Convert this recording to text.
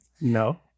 No